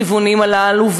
בכיוונים הללו,